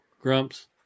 Grumps